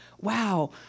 wow